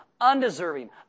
undeserving